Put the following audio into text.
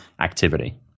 activity